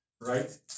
right